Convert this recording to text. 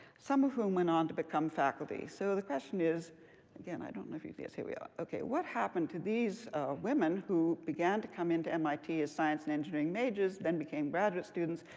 some of whom went on to become faculty. so the question is again, i don't know if if yes, here we are. okay, what happened to these women who began to come into mit as science and engineering majors, then became graduate students,